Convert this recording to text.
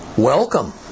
Welcome